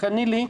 נילי,